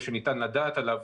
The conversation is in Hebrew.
ושניתן לדעת עליו